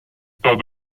tas